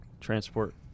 transport